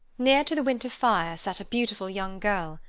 near to the winter fire sat a beautiful young girl,